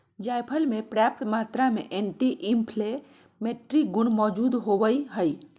जायफल मे प्रयाप्त मात्रा में एंटी इंफ्लेमेट्री गुण मौजूद होवई हई